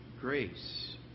Grace